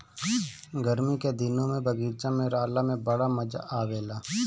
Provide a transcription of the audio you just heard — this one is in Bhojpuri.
गरमी के दिने में बगीचा में रहला में बड़ा मजा आवेला